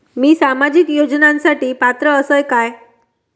मी सामाजिक योजनांसाठी पात्र असय काय?